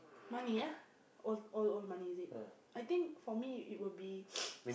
money ah all all money is it I think for me it will be